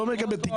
בתיקי